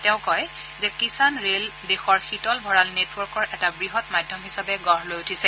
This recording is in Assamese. তেওঁ কয় যে কিষাণ ৰেল দেশৰ শীতল ভঁৰাল নেটৱৰ্কৰ এটা বৃহৎ মাধ্যম হিচাপে গঢ় লৈ উঠিছে